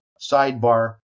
sidebar